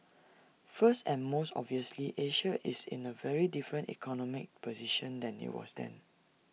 first and most obviously Asia is in A very different economic position than IT was then